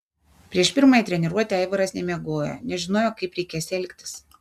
prieš pirmąją treniruotę aivaras nemiegojo nežinojo kaip reikės elgtis